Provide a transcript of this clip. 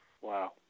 Wow